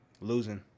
Losing